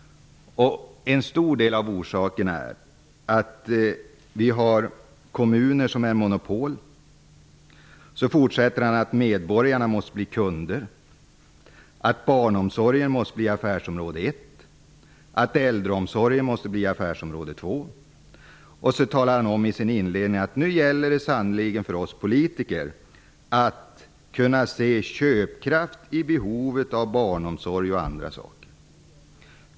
En stor del av orsaken är att vi har kommuner som utgör monopol. Medborgarna måste bli kunder. Barnomsorgen måste bli affärsområde ett. Äldreomsorgen måste bli affärsområde två. Nu gäller det sannerligen för oss politiker att kunna se köpkraft i behovet av barnomsorg och annat.